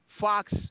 Fox